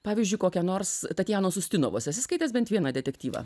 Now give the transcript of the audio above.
pavyzdžiui kokią nors tatjanos ustinovos esi skaitęs bent vieną detektyvą